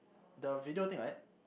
the video thing right